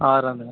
ఆరు వందలా